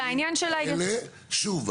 רק שוב,